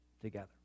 together